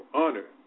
honor